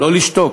לא לשתוק.